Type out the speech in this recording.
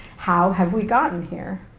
how have we gotten here?